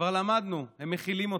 כבר למדנו, הם מכילים אותם.